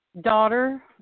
daughter